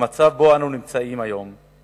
במצב שבו אנו נמצאים היום,